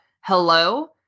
hello